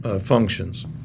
Functions